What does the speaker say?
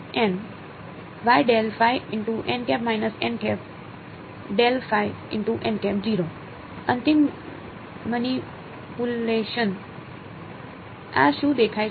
તેના અંતિમ મનીપુલએશન આ શું દેખાય છે